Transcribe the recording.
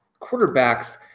quarterbacks